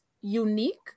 unique